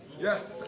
Yes